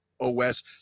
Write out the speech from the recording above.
OS